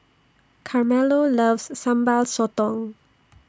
Carmelo loves Sambal Sotong